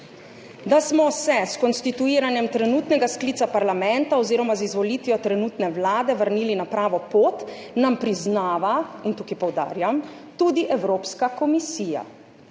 Da smo se s konstituiranjem trenutnega sklica parlamenta oziroma z izvolitvijo trenutne vlade vrnili na pravo pot, nam priznava – in tukaj poudarjam – tudi Evropska komisija.